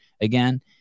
again